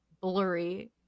blurry